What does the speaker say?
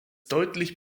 deutlich